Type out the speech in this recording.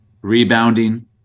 Rebounding